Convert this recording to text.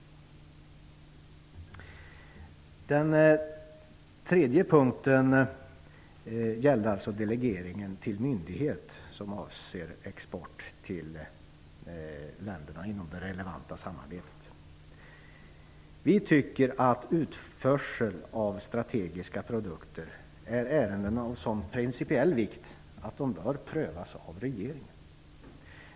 Den tredje punkten gällde delegeringen till myndighet avseende export till länderna inom det relevanta samarbetet. Vi tycker att utförsel av strategiska produkter är ärenden av sådan principiell vikt att de bör prövas av regeringen.